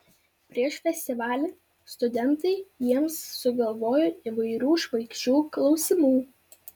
prieš festivalį studentai jiems sugalvojo įvairių šmaikščių klausimų